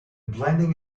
blending